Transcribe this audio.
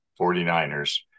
49ers